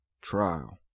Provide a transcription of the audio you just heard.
trial